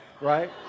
Right